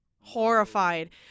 horrified